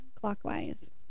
clockwise